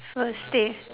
first thing